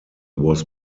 was